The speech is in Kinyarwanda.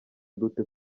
dute